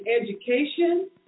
education